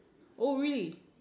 oh really